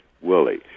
Willie